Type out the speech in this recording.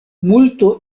multo